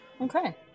okay